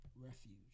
refuge